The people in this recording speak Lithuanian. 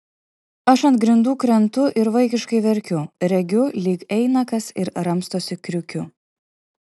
aš ant grindų krentu ir vaikiškai verkiu regiu lyg eina kas ir ramstosi kriukiu